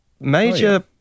major